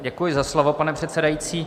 Děkuji za slovo, pane předsedající.